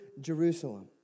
Jerusalem